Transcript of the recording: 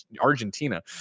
Argentina